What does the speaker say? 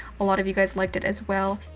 a lot of you guys liked it as well.